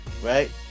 right